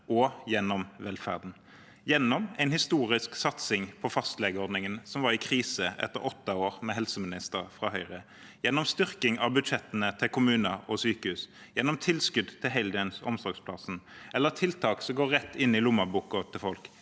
og gjennom velferden – gjennom en historisk satsing på fastlegeordningen, som var i krise etter åtte år med helseminister fra Høyre, gjennom styrking av budsjettene til kommuner og sykehus, gjennom tilskudd til heldøgnsomsorgsplasser og gjennom tiltak som går rett inn i lommeboka til folk: